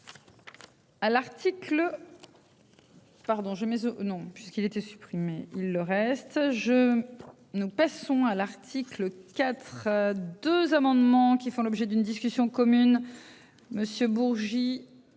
à l'article 4 2 amendements qui font l'objet d'une discussion commune.